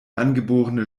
angeborene